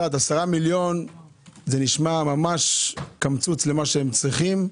10 מיליון נשמע קמצוץ למה שהם צריכים,